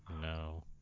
no